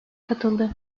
katıldı